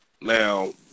Now